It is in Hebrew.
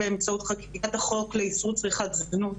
באמצעות חקיקת החוק לאיסור צריכת זנות,